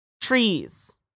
Trees